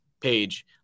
page